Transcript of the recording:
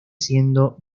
siendo